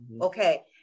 Okay